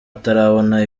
atarabona